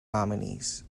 nominees